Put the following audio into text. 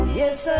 yes